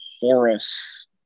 Horus